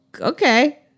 okay